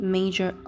Major